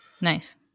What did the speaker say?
Nice